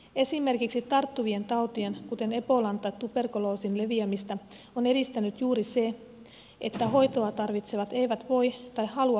esimerkiksi tarttuvien tautien kuten ebolan tai tuberkuloosin leviämistä on edistänyt juuri se että hoitoa tarvitsevat eivät voi tai halua hakeutua hoitoon